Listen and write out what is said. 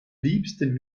liebsten